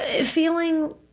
feeling